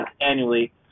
annually